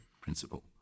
principle